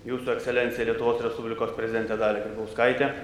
jūsų ekscelencija lietuvos respublikos prezidente dalia grybauskaite